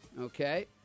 Okay